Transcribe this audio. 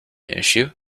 issue